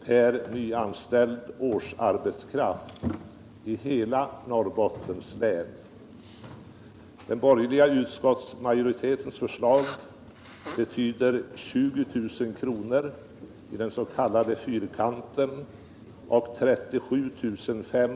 per nyanställd årsarbetskraft i hela stödområdet.